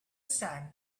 sand